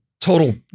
total